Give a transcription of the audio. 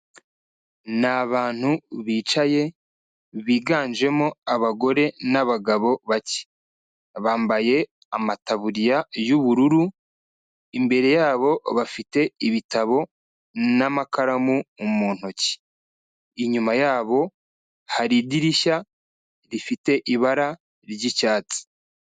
Ni abantu bicaye, biganjemo abagore n'abagabo bake. Bambaye amataburiya y'ubururu, imbere yabo bafite ibitabo n'amakaramu mu ntoki. Inyuma yabo hari idirishya rifite ibara ry'icyatsi.